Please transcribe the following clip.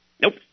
Nope